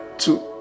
two